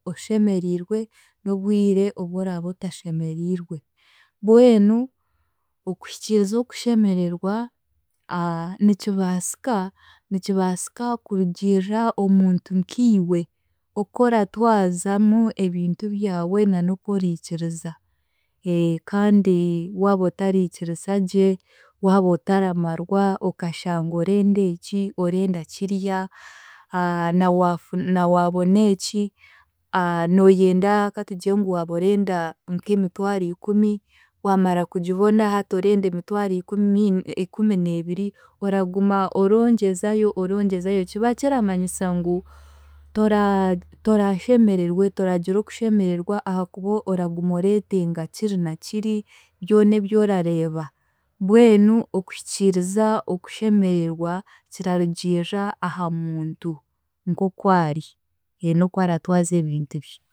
Oshemeriirwe n'obwire obu oraabe otashemeriirwe, mbwenu okuhiikiriza okushemererwa nikibaasika, nikibaasika kurugiirira omuntu nka iwe oku oratwazamu ebintu byawe na n'oku oriikiriza kandi waaba otariikiriza gye, waaba otaramarwa okashanga orenda eki, orenda kiriya na wa, na waabona eki, nooyenda katugire ngu waaba orenda nk'emitwaro ikumu, waamara kugibona hati orenda emitwaro ikumi ikumi neebiri, oraguma orongyezayo, orongyezayo kiba kiramanyisa ngu tora toraashemererwe toragire okushemererwa ahaakuba oraguma oreetenga kiri na kiri byona ebi orareeba mbwenu okuhikiiriza okushemererwa, kirarugiirira aha muntu nk'oku ari n'oku aratwaza ebintu bye